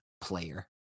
player